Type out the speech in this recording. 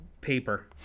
paper